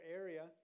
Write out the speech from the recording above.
area